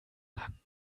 lang